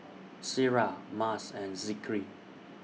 Syirah Mas and Zikri